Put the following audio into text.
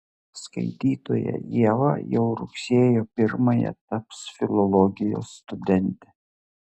skaitytoja ieva jau rugsėjo pirmąją taps filologijos studente